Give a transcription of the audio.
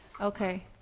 Okay